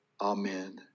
Amen